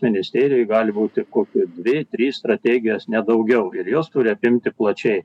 ministerijoj gali būt tik kokios dvi trys strategijos ne daugiau ir jos turi apimti plačiai